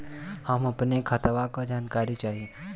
हम अपने खतवा क जानकारी चाही?